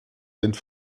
sind